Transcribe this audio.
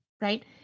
Right